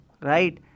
right